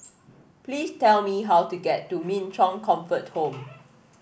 please tell me how to get to Min Chong Comfort Home